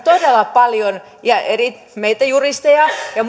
paljon me juristit ja ja